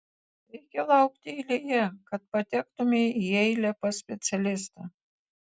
reikia laukti eilėje kad patektumei į eilę pas specialistą